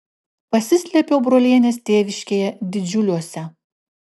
pasislėpiau brolienės tėviškėje didžiuliuose